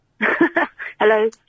Hello